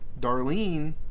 Darlene